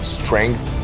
strength